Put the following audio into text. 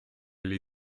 gli